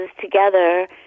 together